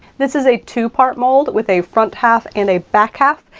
this is a two-part mold, with a front half and a back half.